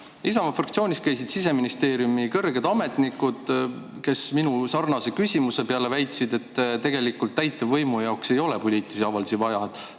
Isamaa fraktsioonis käisid Siseministeeriumi kõrged ametnikud, kes minu sarnase küsimuse peale väitsid, et täitevvõimul ei ole poliitilisi avaldusi vaja,